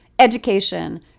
education